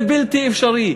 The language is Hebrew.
זה בלתי אפשרי.